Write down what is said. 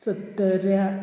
सत्तऱ्यां